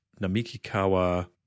Namikikawa